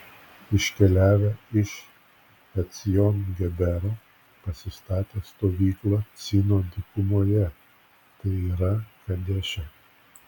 iškeliavę iš ecjon gebero pasistatė stovyklą cino dykumoje tai yra kadeše